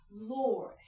Lord